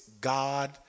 God